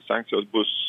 sankcijos bus